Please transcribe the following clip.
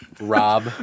Rob